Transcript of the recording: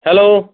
hello